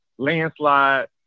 Landslide